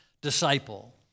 disciple